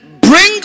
bring